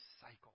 cycle